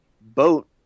boat